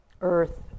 earth